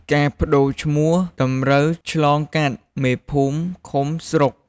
ការប្តូវឈ្មោះតម្រូវឆ្លងកាត់ មេភូមិ ឃុំ ស្រុក។